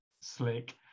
slick